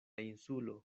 insulo